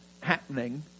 happening